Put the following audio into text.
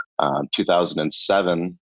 2007